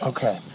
Okay